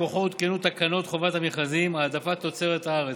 ומכוחו הותקנו תקנות חובת המכרזים (העדפת תוצרת הארץ)